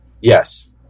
Yes